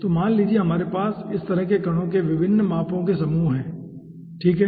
तो मान लीजिए कि हमारे पास इस तरह के कणों के विभिन्न मापों का समूह है ठीक है